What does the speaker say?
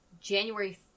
January